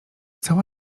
cała